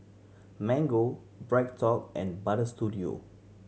Mango BreadTalk and Butter Studio